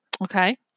Okay